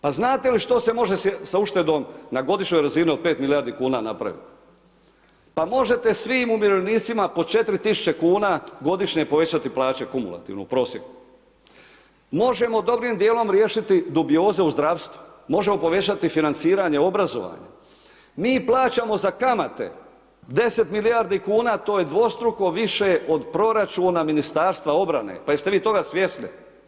Pa znate li što se može s uštedom na godišnjoj razini od 5 milijardi kuna napravit, pa možete svim umirovljenicima po 4.000 kuna godišnje povećati plaće kumulativno u prosjeku, možemo dobrim dijelom riješiti dubioze u zdravstvu, možemo povećati financiranje obrazovanja, mi plaćamo za kamate 10 milijardi kuna to je dvostruko više od proračuna Ministarstva obrane, pa jeste vi toga svjesni.